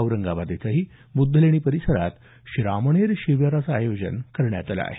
औरंगाबाद इथं बुद्धलेणी परिसरात श्रामणेर शिबीराचं आयोजन करण्यात आलं आहे